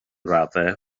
raddau